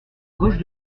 gauche